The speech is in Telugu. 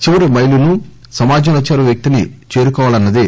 చివరి మెలును సమాజంలో చివరి వ్యక్తిని చేరుకోవాలన్నదే